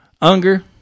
Unger